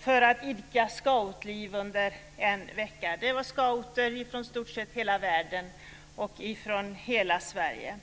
för att idka scoutliv under en vecka. Där var scouter från i stort sett hela världen och från hela Sverige.